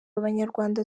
abanyarwanda